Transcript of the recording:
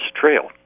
trail